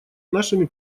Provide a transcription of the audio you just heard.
нашими